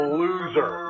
loser